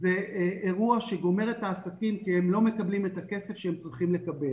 זה אירוע שגומר את העסקים כי הם לא מקבלים את הכסף שהם צריכים לקבל.